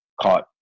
caught